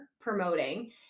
promoting